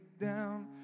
down